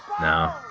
No